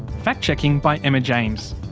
fact checking by emma james.